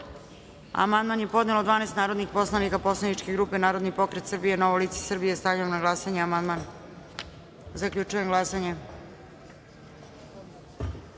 amandman je podnelo 12 narodnih poslanika poslaničke grupe Narodni pokret Srbije – Novo lice Srbije. Stavljam na glasanje amandman. Zaključujem glasanje: